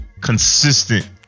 Consistent